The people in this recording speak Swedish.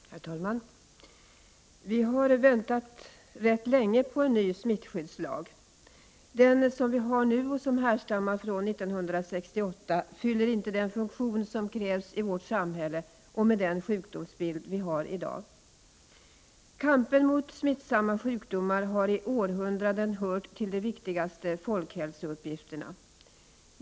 Herr talman! Vi har väntat rätt länge på en ny smittskyddslag. Den som vi har nu och som härstammar från 1968 fyller inte den funktion som krävs i vårt samhälle och med den sjukdomsbild som i dag finns. Kampen mot smittsamma sjukdomar har i århundraden hört till de viktigaste folkhälsouppgifterna.